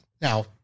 now